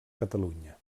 catalunya